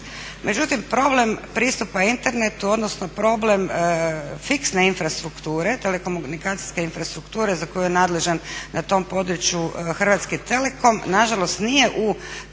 Međutim, problem pristupa internetu odnosno problem fiksne infrastrukture, telekomunikacijske infrastrukture za koju je nadležan na tom području Hrvatski telekom, nažalost nije u